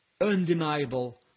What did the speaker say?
undeniable